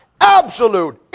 absolute